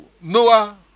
Noah